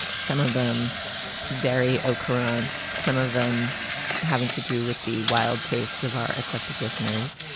some of them very okrand. some of them having to do with the wild tastes of our eclectic listeners.